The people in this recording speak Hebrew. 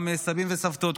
גם סבים וסבתות,